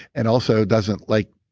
and also, doesn't like